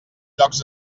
llocs